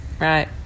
right